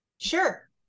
Sure